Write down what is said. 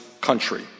country